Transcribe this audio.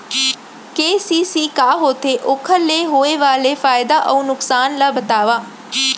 KCC का होथे, ओखर ले होय वाले फायदा अऊ नुकसान ला बतावव?